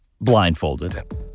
blindfolded